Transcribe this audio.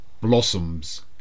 blossoms